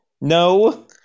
No